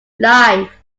life